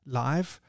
live